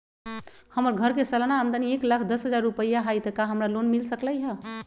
हमर घर के सालाना आमदनी एक लाख दस हजार रुपैया हाई त का हमरा लोन मिल सकलई ह?